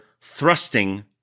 thrusting